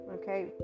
okay